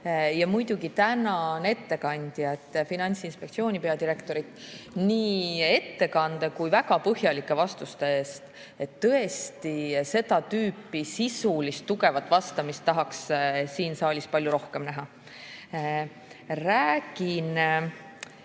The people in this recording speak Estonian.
Muidugi tänan ettekandjat, Finantsinspektsiooni peadirektorit nii ettekande kui ka väga põhjalike vastuste eest. Tõesti, seda tüüpi sisulist tugevat vastamist tahaks siin saalis palju rohkem näha. Räägin